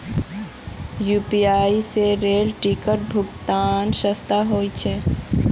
UPI स rail ticket भुक्तान सस्ता ह छेक